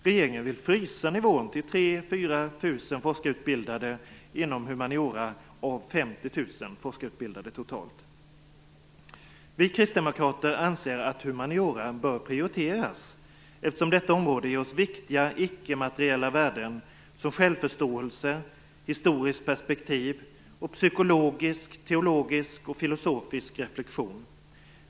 Regeringen vill frysa nivån till 3 000-4 000 Vi kristdemokrater anser att humaniora bör prioriteras eftersom detta område ger oss viktiga ickemateriella värden som självförståelse, historiskt perspektiv och psykologisk, teologisk och filosofisk reflexion.